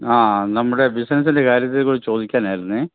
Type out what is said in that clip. ആ നമ്മുടെ ബിസിനസിൻ്റെ കാര്യത്തെക്കുറിച്ച് ചോദിക്കാനായിരുന്നു